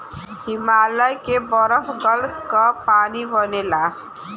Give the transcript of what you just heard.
हिमालय के बरफ गल क पानी बनेला